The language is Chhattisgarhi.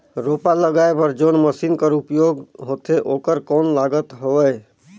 रोपा लगाय बर जोन मशीन कर उपयोग होथे ओकर कौन लागत हवय?